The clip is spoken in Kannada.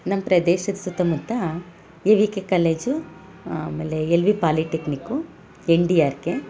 ನಮ್ಮ ಪ್ರದೇಶದ ಸುತ್ತಮುತ್ತ ಎ ವಿ ಕೆ ಕಾಲೇಜು ಆಮೇಲೆ L V polytechnic N D R K